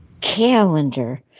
calendar